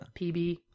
pb